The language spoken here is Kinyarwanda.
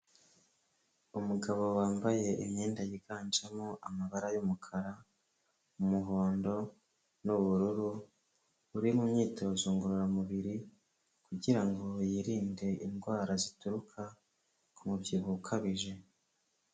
Umugabo wambaye imyenda yiganjemo amabara y'umukara, umuhondo n'ubururu, uri mu myitozo ngororamubiri kugira ngo yirinde indwara zituruka ku mubyibuho ukabije.